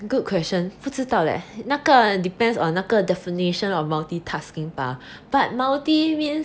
good question 不知道 leh 那个 depends on 那个 definition of multitasking bah but multi means